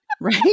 Right